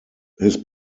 his